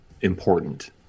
important